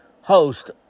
host